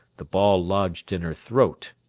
the ball lodged in her throat.